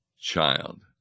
child